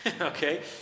Okay